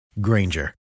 Granger